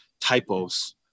typos